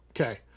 Okay